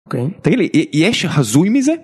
אוקיי. תגיד לי, יש הזוי מזה?